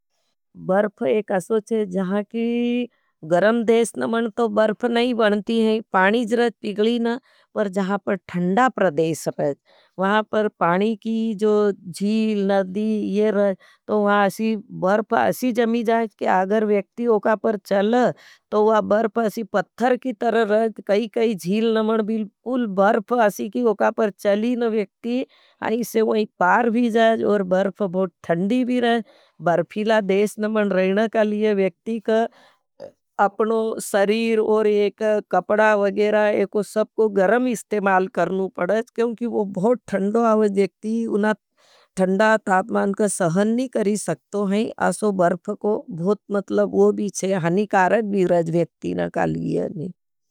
बर्फ एक असो चे जहां की गरम देश नमन तो बर्फ नहीं बनती हैं। पानी ज़रज पिगली नहीं पर जहां पर थंड़ा प्रदेश रहे ज़। वहाँ पर पानी की जो जील, नदी ये रहे तो वहाँ असी बर्फ असी जमी जाएज। के आगर वेक्ति ओकापर चल तो वह बर बर्फ बहुत धन्डी भी रहे। बर्फीला देश नमन रहने कालिये वेक्ति का अपनो सरीर और एक कपड़ा वगेरा। एको सबको गरम इस्तेमाल करनू पड़ेज क्योंकि वह बहुत धन्डो आवज वेक्ति। उना धन्डा तातमान का सहन नहीं करी सकतो हैं। असो बर्फ को मतलब वो भी छे। हनी कारद भी रज वेक्ति न कालिये नहीं।